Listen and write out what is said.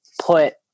put